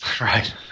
Right